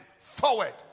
forward